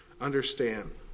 understand